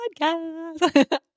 podcast